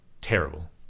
terrible